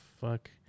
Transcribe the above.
fuck